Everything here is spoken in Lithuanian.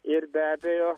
ir be abejo